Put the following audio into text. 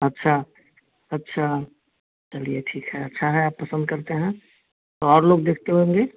अच्छा अच्छा चलिए ठीक है अच्छा है आप पसंद करते हैं तो और लोग देखते होंगे